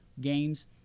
games